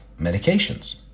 medications